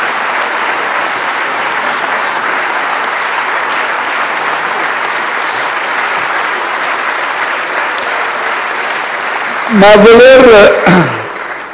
Grazie